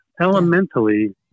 Elementally